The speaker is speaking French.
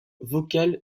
vocal